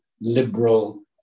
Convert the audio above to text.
liberal